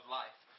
life